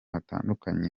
hatandukanye